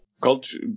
culture